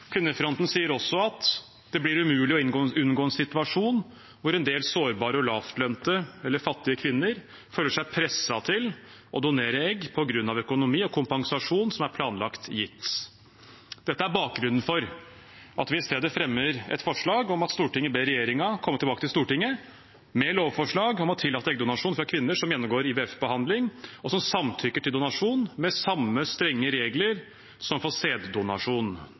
Kvinnefronten sier også at det blir umulig å unngå en situasjon hvor en del sårbare og lavtlønte eller fattige kvinner føler seg presset til å donere egg på grunn av økonomi og kompensasjonen som er planlagt gitt. Dette er bakgrunnen for at vi i stedet fremmer følgende forslag: «Stortinget ber regjeringen komme tilbake til Stortinget med lovforslag om å tillate eggdonasjon fra kvinner som gjennomgår IVF-behandling, og som samtykker til donasjon, med samme strenge regler som for sæddonasjon.